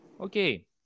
Okay